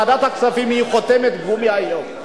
ועדת הכספים היא חותמת גומי היום.